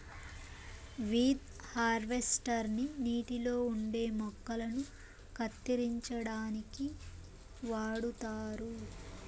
weed harvester ని నీటిలో ఉండే మొక్కలను కత్తిరించడానికి వాడుతారు